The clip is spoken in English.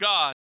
God